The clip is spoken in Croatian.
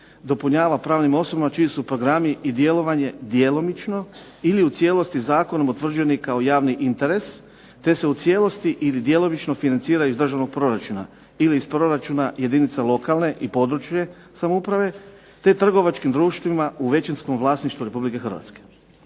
dopunjava pravnim osobama čiji su programi i djelovanje djelomično ili u cijelosti Zakonom utvrđeni kao javni interes, te se u cijelosti ili djelomično financiraju iz državnog proračuna ili iz proračuna jedinica lokalne ili područne samouprave, te trgovačkim društvima u većinskom vlasništvu Republike Hrvatske.